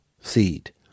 seed